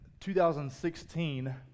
2016